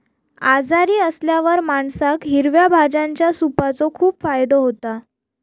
आजारी असल्यावर माणसाक हिरव्या भाज्यांच्या सूपाचो खूप फायदो होता